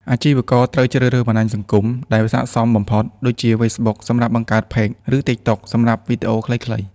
អាជីវករត្រូវជ្រើសរើសបណ្ដាញសង្គមដែលស័ក្តិសមបំផុត ដូចជា ហ្វេសប៊ុក សម្រាប់បង្កើតផេក ឬ ទីកតុក សម្រាប់វីដេអូខ្លីៗ។